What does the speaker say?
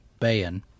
Bayon